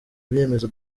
byemezo